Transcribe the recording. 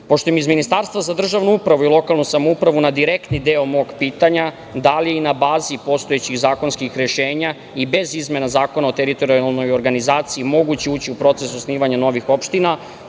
selu. Pošto iz Ministarstva za državnu upravu i lokalnu samoupravu na direktni deo mog pitanja da li i na bazi postojećih zakonskih rešenja i bez izmena Zakona o teritorijalnoj organizaciji moguće ući u proces osnivanja novih opština